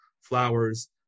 flowers